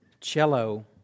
cello